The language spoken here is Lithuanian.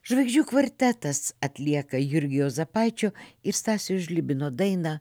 žvaigždžių kvartetas atlieka jurgio juozapaičio ir stasio žlibino dainą